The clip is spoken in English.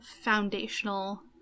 foundational